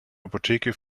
apotheke